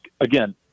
again